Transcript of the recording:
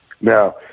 Now